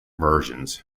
versions